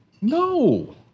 No